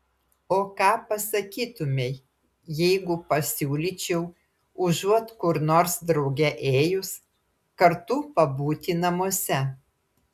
o ką pasakytumei jeigu pasiūlyčiau užuot kur nors drauge ėjus kartu pabūti namuose